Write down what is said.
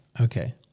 Okay